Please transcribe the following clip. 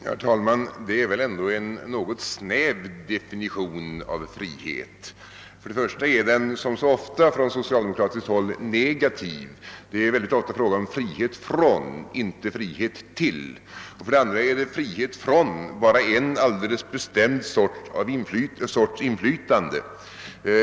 Herr talman! Detta är väl ändå en något snäv definition av begreppet frihet. För det första är den definitionen, som så ofta från socialdemokratiskt håll, negativ — det är mycket ofta frå ga om frihet från, inte frihet till, för det andra är det frihet från bara en alldeles bestämd sorts inflytande.